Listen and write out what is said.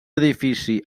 edifici